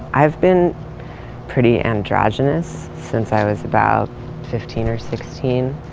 i've been pretty androgynous since i was about fifteen or sixteen,